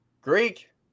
Greek